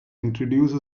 introduced